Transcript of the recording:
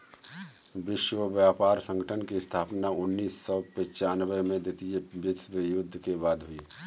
विश्व व्यापार संगठन की स्थापना उन्नीस सौ पिच्यानबें में द्वितीय विश्व युद्ध के बाद हुई